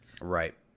right